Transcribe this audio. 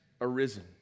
arisen